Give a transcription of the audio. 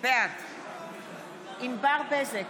בעד ענבר בזק,